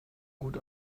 gut